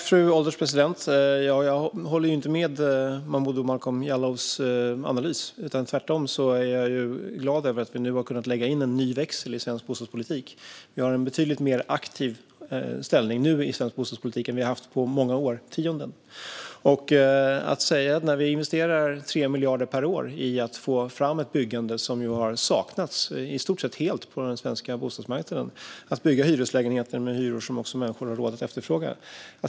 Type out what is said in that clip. Fru ålderspresident! Jag håller inte med om Momodou Malcolm Jallows analys. Tvärtom är jag glad över att vi nu har kunnat lägga in en ny växel inom svensk bostadspolitik. Vi är betydligt mer aktiva i bostadspolitiken än vad man har varit under många årtionden. Vi investerar 3 miljarder per år i ett byggande som i stort sett helt har saknats på den svenska bostadsmarknaden. Det går till att bygga hyreslägenheter som människor har råd att efterfråga.